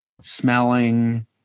smelling